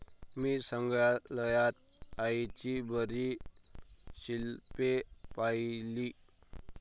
मी संग्रहालयात आईची बरीच शिल्पे पाहिली